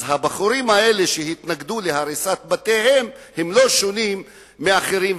אז הבחורים האלה שהתנגדו להריסת בתיהם הם לא שונים מאחרים.